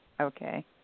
Okay